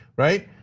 right?